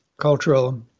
cultural